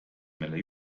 mille